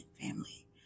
family